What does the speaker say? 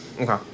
Okay